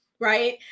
right